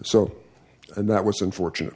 so and that was unfortunate